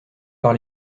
par